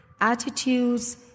attitudes